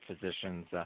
physicians